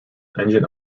engine